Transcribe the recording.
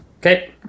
Okay